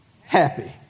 happy